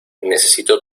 necesito